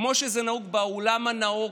כמו שזה נהוג בעולם הנאור,